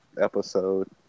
episode